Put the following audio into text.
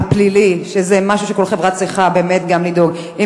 הפלילי, וכל חברה צריכה באמת גם לדאוג לכך.